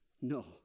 No